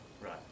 Right